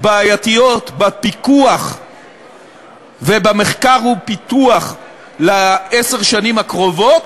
בעייתיות בפיקוח ובמחקר-ופיתוח לעשר השנים הקרובות,